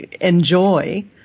enjoy